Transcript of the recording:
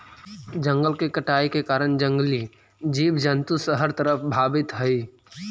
जंगल के कटाई के कारण जंगली जीव जंतु शहर तरफ भागित हइ